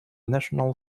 national